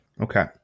Okay